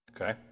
Okay